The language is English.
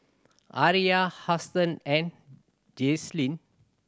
Aria Houston and Jaslyn